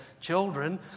children